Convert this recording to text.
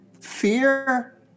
Fear